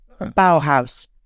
Bauhaus